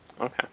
Okay